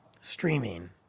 streaming